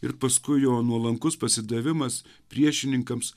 ir paskui jo nuolankus pasidavimas priešininkams